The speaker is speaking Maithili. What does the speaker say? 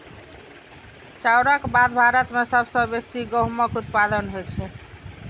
चाउरक बाद भारत मे सबसं बेसी गहूमक उत्पादन होइ छै